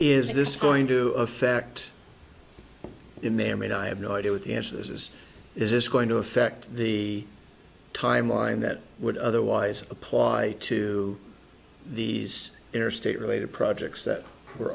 is this going to affect mayor made i have no idea what the answer is is this going to affect the timeline that would otherwise apply to these are state related projects that are